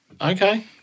Okay